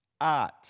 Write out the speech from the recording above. art